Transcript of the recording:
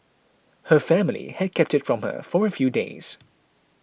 her family had kept it from her for a few days